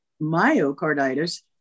myocarditis